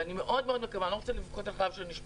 ואני מאוד מאוד מקווה אני לא רוצה לבכות על חלב שנשפך,